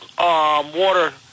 water